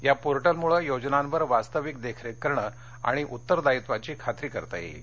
या पोर्टलमुळे योजनांवर वास्तविक देखरेख करणं आणि दायित्वाची खात्री करता येईल